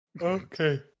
Okay